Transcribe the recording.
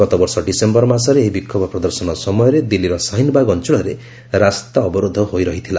ଗତବର୍ଷ ଡିସେମ୍ବର ମାସରେ ଏହି ବିକ୍ଷୋଭ ପ୍ରଦର୍ଶନ ସମୟରେ ଦିଲ୍ଲୀର ସାହିନବାଗ ଅଞ୍ଚଳରେ ରାସ୍ତା ଅବରୋଧ ହୋଇ ରହିଥିଲା